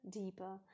deeper